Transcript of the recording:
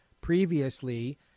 Previously